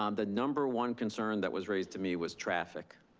um the number one concern that was raised to me was traffic.